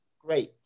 great